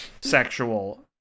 sexual